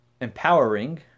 empowering